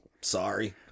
sorry